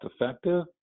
effective